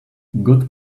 good